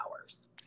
hours